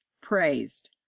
praised